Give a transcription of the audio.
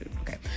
okay